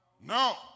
No